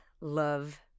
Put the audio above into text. love